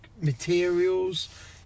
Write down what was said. materials